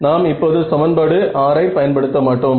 நாம் இப்போது சமன்பாடு 6 ஐ பயன்படுத்த மாட்டோம்